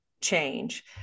Change